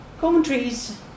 Commentaries